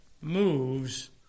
moves